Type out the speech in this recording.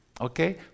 okay